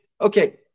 okay